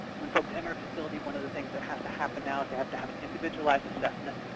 when folks enter a facility, one of the things that has to happen now is they have to have an individualized assessment.